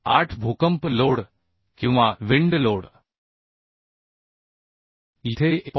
8 भूकंप लोड किंवा wind load येथे ते 1